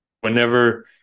whenever